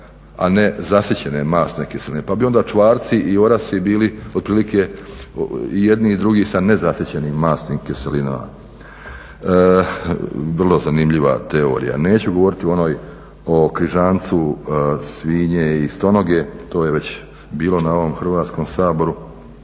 a ne zasićene masne kiseline pa bi onda čvarci i orasi bili otprilike i jedni i drugi sa nezasićenim masnim kiselinama. Vrlo zanimljiva teorija. Neću govoriti o onoj, o križancu svinje i stonoge, to je već bilo na ovom Hrvatskom saboru.